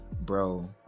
bro